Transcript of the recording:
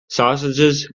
sausages